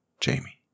Jamie